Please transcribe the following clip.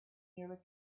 nearly